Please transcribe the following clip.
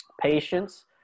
patience